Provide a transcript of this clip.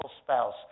spouse